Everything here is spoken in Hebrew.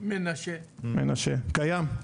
זה קיים.